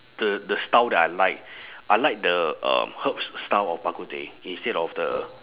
the the style that I like I like the um herbs style of bak kut teh instead of the